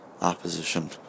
opposition